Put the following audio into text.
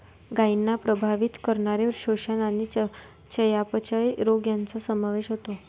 गायींना प्रभावित करणारे पोषण आणि चयापचय रोग यांचा समावेश होतो